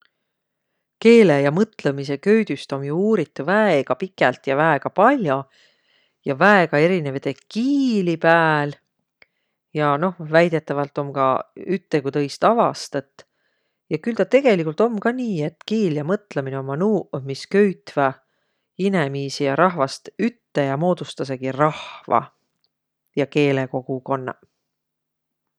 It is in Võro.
Keele ja mõtlõmisõ köüdüst om jo uurit väega pikält ja väega pall'o ja väega erinevide kiili pääl, ja noh, väidetävält om ka ütte ku tõist avastõt, ja külh taa tegeligult om ka nii, et kiil ja mõtlõminõ ommaq nuuq, mis köütväq inemiisi ja rahvast ütte ja moodustasõki rahva ja keelekogukonnaq.